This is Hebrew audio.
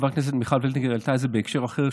חברת הכנסת מיכל וולדיגר העלתה את זה בהקשר אחר,